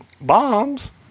bombs